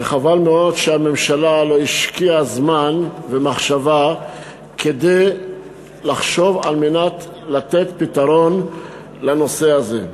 וחבל מאוד שהממשלה לא השקיעה זמן ומחשבה כדי לתת פתרון לנושא הזה.